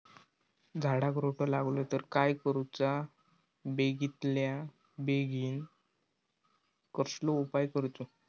झाडाक रोटो लागलो तर काय करुचा बेगितल्या बेगीन कसलो उपाय करूचो?